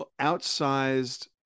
outsized